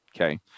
okay